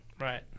right